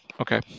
Okay